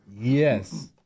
Yes